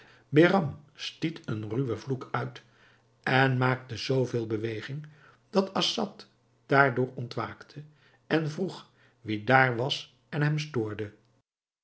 behram stiet een ruwen vloek uit en maakte zoo veel beweging dat assad daardoor ontwaakte en vroeg wie daar was en hem stoorde